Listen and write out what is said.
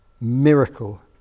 miracle